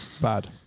bad